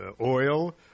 oil